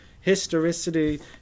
historicity